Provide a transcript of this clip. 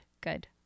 good